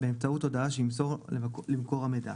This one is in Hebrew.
באמצעות הודעה שימסור למקור המידע.